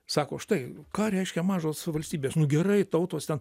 sako štai ką reiškia mažos valstybės nu gerai tautos ten